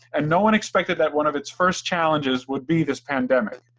and no one expected that one of its first challenges would be this pandemic,